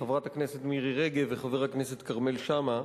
חברת הכנסת מירי רגב וחבר הכנסת כרמל שאמה.